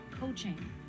coaching